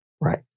Right